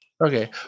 Okay